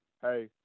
hey